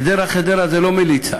גדרה חדרה זה לא מליצה.